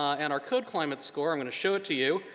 and our code climate score, i'm gonna show it to you.